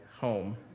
home